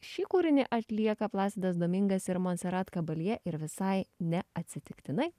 šį kūrinį atlieka plasitas domingas ir monserat kabaljė ir visai ne atsitiktinai